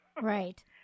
Right